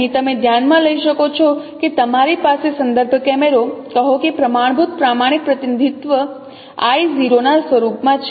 અહીં તમે ધ્યાનમાં લઈ શકો છો કે તમારી પાસે સંદર્ભ કેમેરો કહો કે પ્રમાણભૂત પ્રામાણિક પ્રતિનિધિત્વ I | 0 ના સ્વરૂપ માં છે